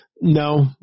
No